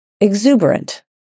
Exuberant